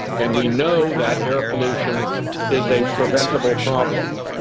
and we know that air pollution is a preventable problem.